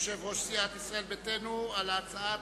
יושב-ראש סיעת ישראל ביתנו, על הצעת